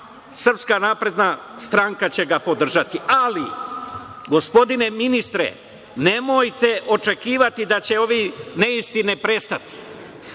okvirima SNS će ga podržati. Ali, gospodine ministre, nemojte očekivati da će ove neistine prestati,